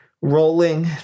rolling